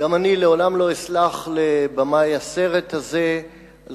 גם אני לעולם לא אסלח לבמאי הסרט הזה על